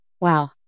Wow